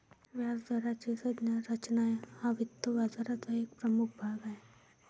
व्याजदराची संज्ञा रचना हा वित्त बाजाराचा एक प्रमुख भाग आहे